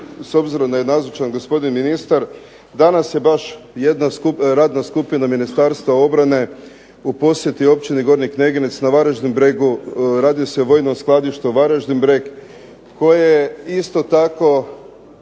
s obzirom da je nazočan gospodin ministar, danas je baš jedna radna skupina Ministarstva obrane u posjeti općini Gornji Kneginjec na Varaždin bregu, radi se o vojnom skladištu Varaždin breg koje isto tako,